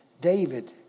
David